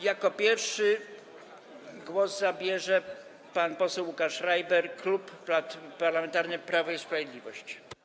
Jako pierwszy głos zabierze pan poseł Łukasz Schreiber, Klub Parlamentarny Prawo i Sprawiedliwość.